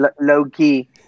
low-key